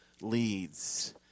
leads